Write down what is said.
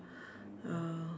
uh